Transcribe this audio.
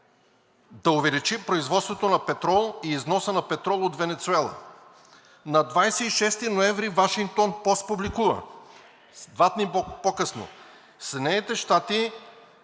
да увеличи производството на петрол и износа на петрол от Венецуела.“ На 26 ноември „Вашингтон пост“ публикува два дни по-късно: „Съединените щати